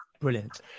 Brilliant